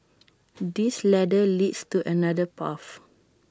this ladder leads to another path